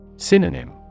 Synonym